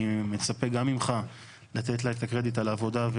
אני מצפה גם ממך לתת לה את הקרדיט על העבודה.